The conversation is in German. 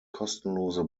kostenlose